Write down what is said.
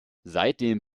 seitdem